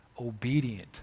obedient